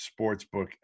sportsbook